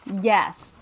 Yes